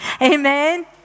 Amen